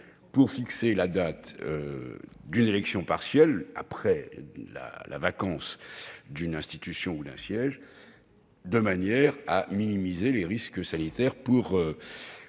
-pour fixer la date d'une élection partielle après la vacance d'une institution ou d'un siège. Cette extension vise à minimiser les risques sanitaires pour